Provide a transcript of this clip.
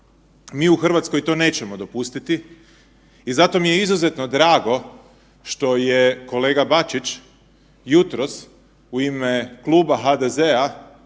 Mi u Hrvatskoj to nećemo dopustiti i zato mi je izuzetno drago što je kolega Bačić jutros u ime kluba HDZ-a